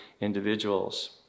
individuals